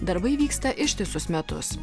darbai vyksta ištisus metus